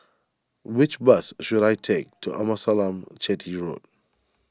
which bus should I take to Amasalam Chetty Road